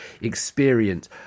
experience